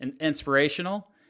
inspirational